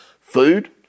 food